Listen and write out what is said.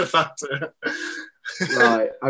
Right